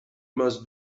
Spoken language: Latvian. maz